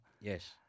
Yes